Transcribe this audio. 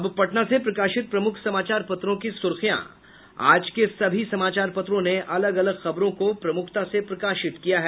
अब पटना से प्रकाशित प्रमुख समाचार पत्रों की सुर्खियां आज के सभी समाचार पत्रों ने अलग अलग खबरों को प्रमुखता से प्रकाशित किया है